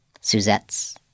Suzette's